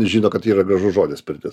žino kad yra gražus žodis pirtis